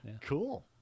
Cool